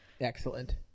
excellent